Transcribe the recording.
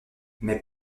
mais